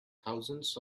thousands